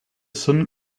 sun